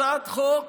הצעת חוק